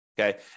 okay